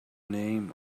name